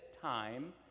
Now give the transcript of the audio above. time